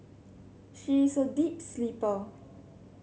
she is a deep sleeper